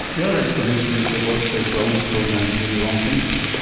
the other explanation is that workplace wellness programs are doing the wrong things.